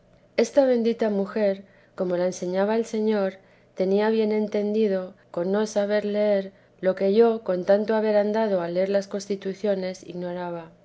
esta bendita mujer como la enseñaba el señor tenía bien entendido con no saber leer lo que yo sl vida de la santa madre con tanto haber andado a leer las constituciones ignoraba